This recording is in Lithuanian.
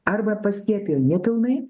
arba paskiepijo nepilnai